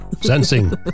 Sensing